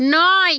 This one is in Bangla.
নয়